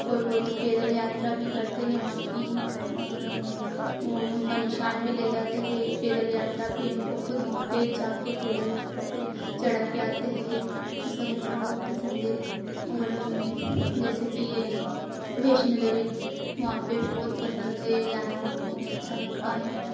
कोई कोई तो पेदल यात्रा भी करते हैं वहाँ की और वो उनका निशान भी ले जाते हैं पैदल यात्रा पर उनको खुद वहाँ पर जाकर पैदल यात्रा पर चढ़ा के आते हैं ये सब घूमना बहुत पसंद है और जैसे कि ये वैष्णो देवी वहाँ पर भी बहुत पसंद है जाना उनको अच्छा लगता है